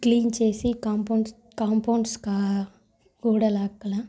clean చేసి compounds compounds కా గూడ లోపల